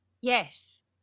Yes